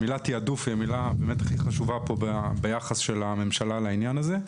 המילה תיעדוף היא מילה באמת הכי חשובה פה ביחס של הממשלה לעניין הזה.